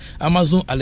Amazon